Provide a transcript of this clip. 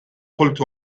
قلت